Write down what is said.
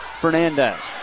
Fernandez